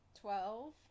Twelve